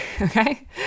okay